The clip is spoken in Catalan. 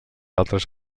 altres